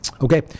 okay